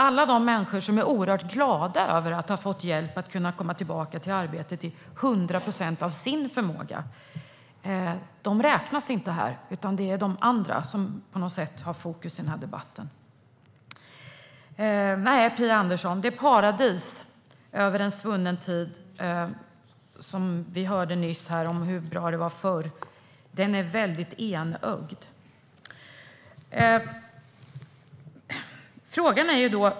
Alla de människor som är glada över att ha kunnat komma tillbaka i arbete till 100 procent av sin förmåga räknas inte, utan det är fokus på andra i denna debatt. Den bild av svunna tiders paradis som Phia Andersson målar upp är väldigt enögd.